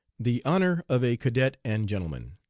the honor of a cadet and gentleman.